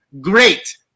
great